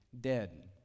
dead